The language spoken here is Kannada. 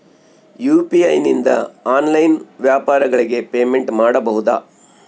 ಯು.ಪಿ.ಐ ನಿಂದ ಆನ್ಲೈನ್ ವ್ಯಾಪಾರಗಳಿಗೆ ಪೇಮೆಂಟ್ ಮಾಡಬಹುದಾ?